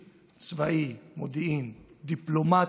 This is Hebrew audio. צבאי, מודיעין, דיפלומטי,